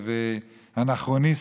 ואנכרוניסטיים.